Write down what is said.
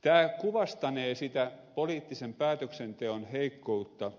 tämä kuvastanee sitä poliittisen päätöksenteon heikkoutta